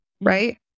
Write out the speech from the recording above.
right